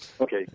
Okay